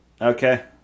Okay